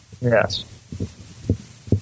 Yes